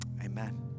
amen